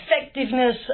effectiveness